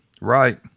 Right